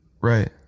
Right